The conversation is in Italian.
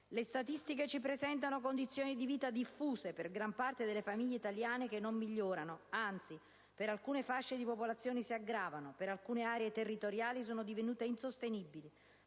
Le statistiche ci presentano condizioni di vita diffuse per gran parte delle famiglie italiane che non migliorano, anzi, per alcune fasce di popolazione si aggravano e per alcune aree territoriali sono divenute insostenibili.